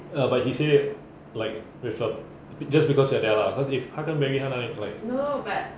err but he said it like with a just because you are there lah cause if 他跟 barry 他哪里 like